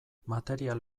material